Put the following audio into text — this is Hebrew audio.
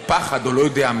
או פחד, או לא-יודע-מה,